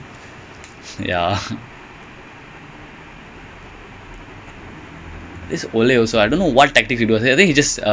என்ன என்ன கிழிச்சுடான்:enna enna killichittaan no lucky